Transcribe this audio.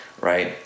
Right